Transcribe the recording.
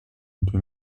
into